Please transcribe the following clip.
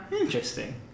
interesting